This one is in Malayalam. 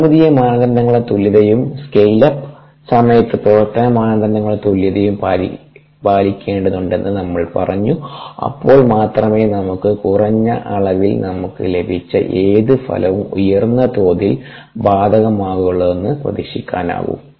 ജ്യാമിതീയ മാനദണ്ഡങ്ങളുടെ തുല്യതയും സ്കെയിൽ അപ്പ് സമയത്ത് പ്രവർത്തന മാനദണ്ഡങ്ങളുടെ തുല്യതയും പരിപാലിക്കേണ്ടതുണ്ടെന്ന് നമ്മൾ പറഞ്ഞു അപ്പോൾ മാത്രമേ നമുക്ക് കുറഞ്ഞ അളവിൽ നമുക്ക് ലഭിച്ച ഏത് ഫലവും ഉയർന്ന തോതിൽ ബാധകമാകുമെ ന്ന്പ്രതീക്ഷിക്കാനാകൂ